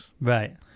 Right